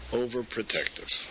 overprotective